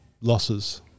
losses